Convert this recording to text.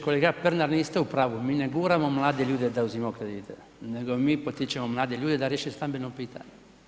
Kolega Pernar, niste u pravu, mi ne guramo mlade ljude da uzimaju kredite, nego mi potičemo mlade ljude da riješe stambeno pitanje.